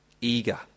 eager